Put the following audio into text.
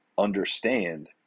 Understand